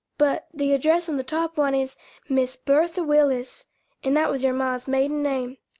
but the address on the top one is miss bertha willis and that was your ma's maiden name.